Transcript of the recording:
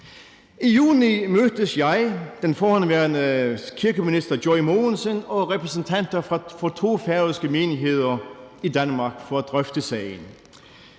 I juni mødtes jeg med den forhenværende kirkeminister Joy Mogensen og repræsentanter for to færøske menigheder i Danmark for at drøfte sagen.